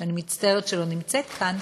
שאני מצטערת שלא נמצאת כאן,